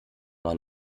man